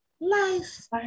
life